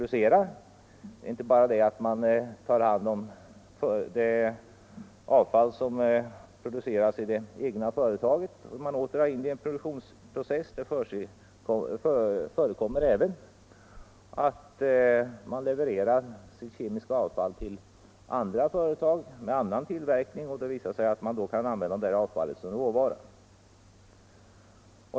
Det är inte bara så att man tar hand om det avfall som produceras i det egna företaget och återanvänder det i produktionsprocessen, utan det förekommer även att man levererar sitt kemiska avfall till andra företag med annan tillverkning där avfallet kan användas som råvara.